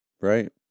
Right